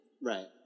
Right